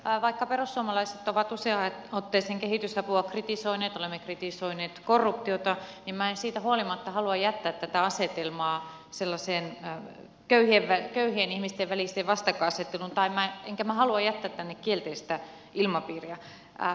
vaikka perussuomalaiset ovat useaan otteeseen kehitysapua kritisoineet olemme kritisoineet korruptiota niin minä en siitä huolimatta halua jättää tätä asetelmaa sellaiseen köyhien ihmisten väliseen vastakkainasetteluun enkä minä halua jättää tänne kielteistä ilmapiiriä